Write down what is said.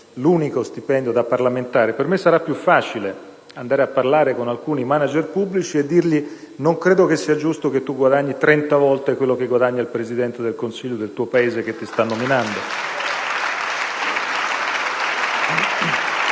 unico stipendio quello da parlamentare, per me sarà più facile andare a parlare con alcuni *manager* pubblici e dire loro: «Non credo sia giusto che tu guadagni 30 volte quello che guadagna il Presidente del Consiglio del tuo Paese che ti sta nominando»